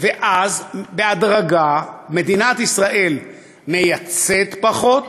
ואז, בהדרגה, מדינת ישראל מייצאת פחות,